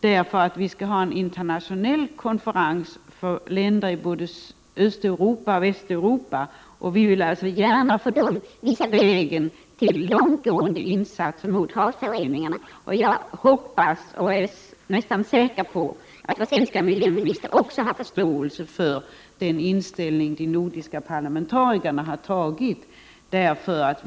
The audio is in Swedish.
Det skall bli en internationell konferens med deltagande av länder i både Östeuropa och Västeuropa och då vill vi gärna visa vägen till långtgående insatser mot havsföroreningar. Jag hoppas, och är nästan säker på, att vår svenska miljöminister också har förståelse för de nordiska parlamentarikernas inställning.